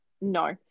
No